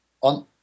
on